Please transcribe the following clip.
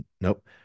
Nope